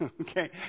Okay